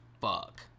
fuck